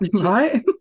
right